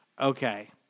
Okay